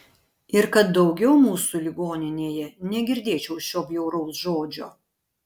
ir kad daugiau mūsų ligoninėje negirdėčiau šio bjauraus žodžio